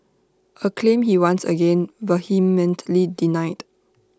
A claim he once again vehemently denied